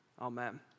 Amen